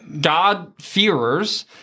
God-fearers